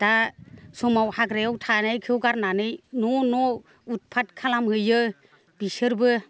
दा समाव हाग्रायाव थानायखौ गारनानै न'न' उथ फाथ खालामहैयो बिसोरबो